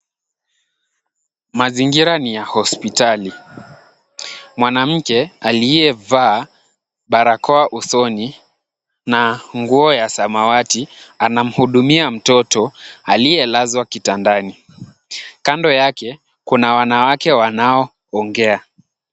Mazingira ni ya hospitali. Mwanamke aliyevaa barakoa usoni na nguo ya samawati, anamhudumia mtoto aliyelazwa kitandani. Kando yake kuna wanawake wanaoongea.